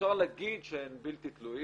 אפשר להגיד שהם בלתי תלויים,